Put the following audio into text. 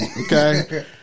Okay